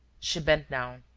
she bent down,